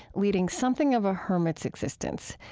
leading something of a hermit's existence.